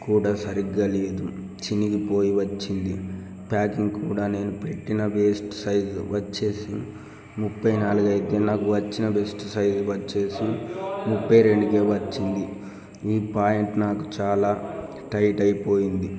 కూడా సరిగా లేదు చినిగిపోయి వచ్చింది ప్యాకింగ్ కూడా నేను పెట్టిన వేస్ట్ సైజు వచ్చి ముప్పై నాలుగు అయితే నాకు వచ్చిన వేస్ట్ సైజు వచ్చి ముప్పై రెండు వచ్చింది ఈ ప్యాంట్ నాకు చాలా టైటు అయిపోయింది